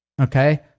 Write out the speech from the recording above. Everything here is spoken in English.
Okay